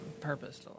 Purpose